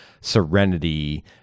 serenity